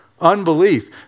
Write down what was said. Unbelief